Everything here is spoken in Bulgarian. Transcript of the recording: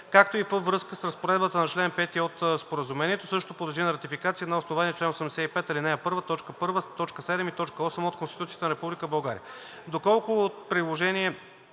както и във връзка с Разпоредбата на чл. 5 от Споразумението, същото подлежи на ратификация на основание чл. 85, ал. 1, т. 1, т. 7 и т. 8 от Конституцията на Република България.